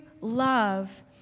love